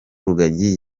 rugagi